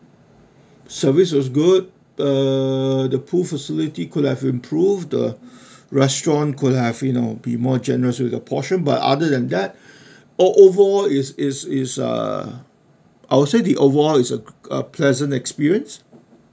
so which was good uh the pool facility could have improved the restaurant could have you know be more generous with the portion but other than that O overall it's it's it's uh I'll say the overall it's a a pleasant experience